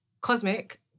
Cosmic